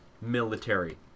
military